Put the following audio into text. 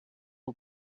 aux